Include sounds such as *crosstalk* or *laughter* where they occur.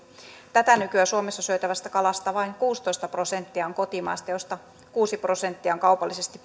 tätä nykyä suomessa syötävästä kalasta vain kuusitoista prosenttia on kotimaista josta kuusi prosenttia on kaupallisesti *unintelligible*